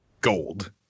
gold